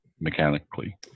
mechanically